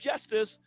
justice